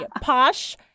posh